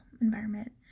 environment